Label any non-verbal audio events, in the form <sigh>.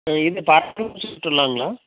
இது <unintelligible> சுற்றுலாங்களா